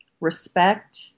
respect